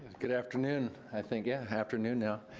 good afternoon, i think, yeah afternoon now.